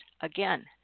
Again